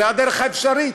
זאת הדרך האפשרית,